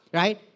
right